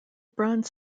bronze